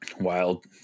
Wild